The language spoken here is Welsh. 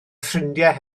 ffrindiau